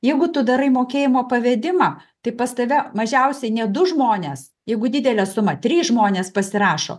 jeigu tu darai mokėjimo pavedimą tai pas tave mažiausiai ne du žmonės jeigu didelę sumą trys žmonės pasirašo